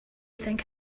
think